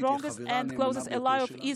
היא החברה הנאמנה ביותר שלה,